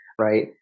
right